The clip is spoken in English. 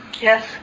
Yes